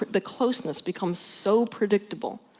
the closeness becomes so predictable,